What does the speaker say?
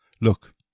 Look